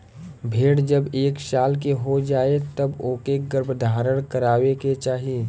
भेड़ जब एक साल के हो जाए तब ओके गर्भधारण करवाए के चाही